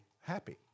happy